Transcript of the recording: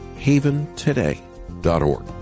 haventoday.org